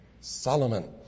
Solomon